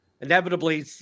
inevitably